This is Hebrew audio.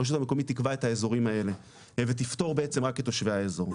הרשות המקומית תקבע את האזורים האלה ותפתור בעצם רק את תושבי האזור.